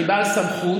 אני בעל סמכות,